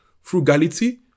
frugality